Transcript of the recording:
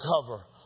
cover